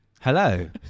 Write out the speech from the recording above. hello